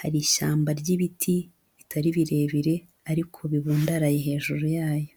hari ishyamba ry'ibiti, bitari birebire, ariko bibundaraye hejuru yayo.